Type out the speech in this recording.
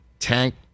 Tank